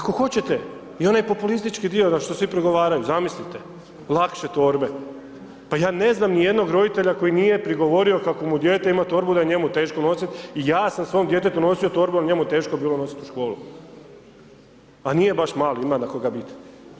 Ako hoćete i onaj populistički dio, da što svi prigovaraju zamislite lakše torbe, pa ja ne znam ni jednog roditelja koji nije prigovorio kako mu dijete ima torbu da je njemu teško nosit i ja sam svom djetetu nosio torbu jel njemu teško bilo nosit u školu, a nije baš mali ima na koga biti.